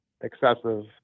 excessive